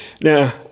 Now